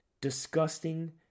disgusting